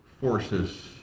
forces